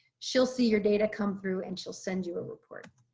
she'll see your data come through and she'll send you a report.